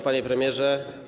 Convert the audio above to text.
Panie Premierze!